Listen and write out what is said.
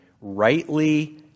rightly